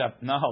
No